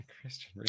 Christian